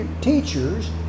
teachers